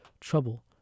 Trouble